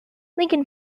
lincoln